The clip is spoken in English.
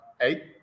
eight